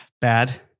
bad